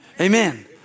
Amen